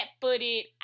footed